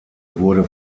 wurde